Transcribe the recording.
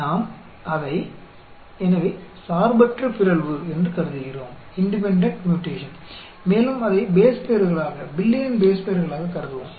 எனவே நாம் அதை சார்பற்ற பிறழ்வு என்று கருதுகிறோம் மேலும் அதை பேஸ் பேர்களாக பில்லியன் பேஸ் பேர்களாகக் கருதுவோம்